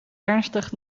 ernstig